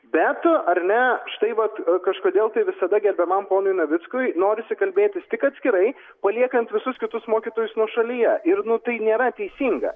bet ar ne štai vat kažkodėl tai visada gerbiamam ponui navickui norisi kalbėtis tik atskirai paliekant visus kitus mokytojus nuošalyje ir nu tai nėra teisinga